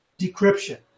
decryption